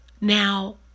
Now